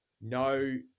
no